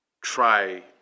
try